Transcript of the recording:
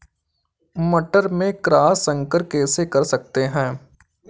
मटर में क्रॉस संकर कैसे कर सकते हैं?